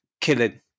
killing